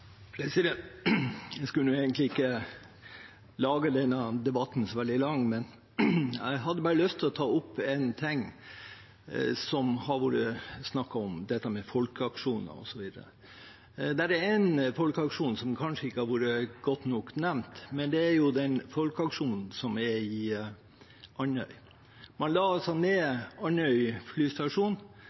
Jeg skulle egentlig ikke gjøre denne debatten så veldig lang, men jeg hadde lyst å ta opp noe som det har vært snakket om, folkeaksjoner osv. Det er en folkeaksjon som kanskje ikke har vært nok nevnt, og det er den folkeaksjonen som er i Andøy. Man la ned Andøya flystasjon